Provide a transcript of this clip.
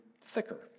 thicker